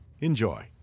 Enjoy